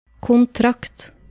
Contract